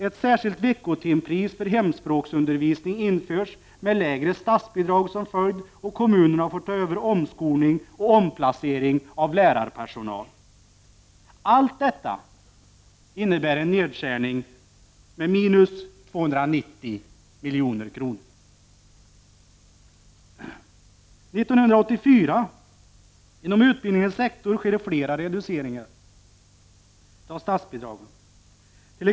Ett särskilt veckotimpris för hemspråksundervisning med lägre statsbidrag som följd, och kommunerna får ta över omskolning och omplacering av lärarpersonal — allt detta innebär en nedskärning med minus 290 milj.kr. 1984 sker det flera reduceringar av statsbidragen inom utbildningssektorn.